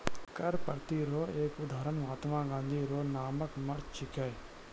कर प्रतिरोध रो एक उदहारण महात्मा गाँधी रो नामक मार्च छिकै